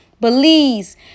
Belize